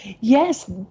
Yes